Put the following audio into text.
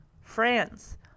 France